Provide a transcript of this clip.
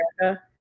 america